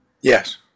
Yes